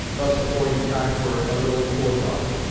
thus affording time for a little forethought.